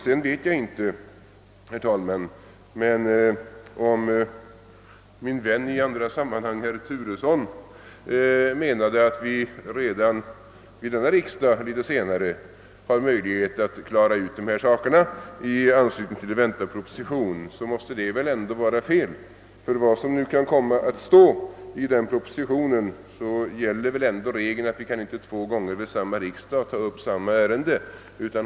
Jag vet inte, herr talman, om min vän i andra sammanhang, herr Turesson, menade, att vi litet senare under denna riksdag har möjlighet att klara dessa saker i anslutning till en väntad proposition. Detta måste i så fall ändå vara fel, ty vad som än kan komma att stå i den propositionen gäller väl regeln, att vi inte två gånger vid samma riksdag kan ta upp samma ärende.